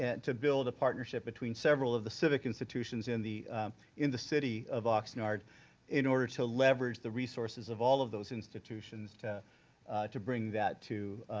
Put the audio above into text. to build a partnership between several of the civic institutions in the in the city of oxnard in order to leverage the resources of all of those institutions to to bring that to